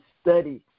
study